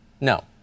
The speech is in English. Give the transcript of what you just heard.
No